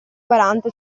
quaranta